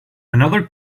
another